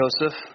Joseph